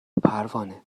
پروانه